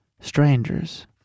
strangers